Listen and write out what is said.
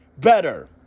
better